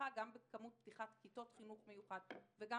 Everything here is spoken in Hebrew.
גם בכמות פתיחת כיתות חינוך מיוחד וגם